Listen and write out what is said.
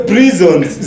Prisons